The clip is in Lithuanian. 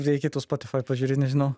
reikėtų spotify pažiūrėt nežinau